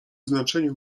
znaczeniu